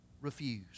refuse